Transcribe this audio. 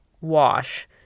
wash